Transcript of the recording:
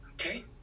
Okay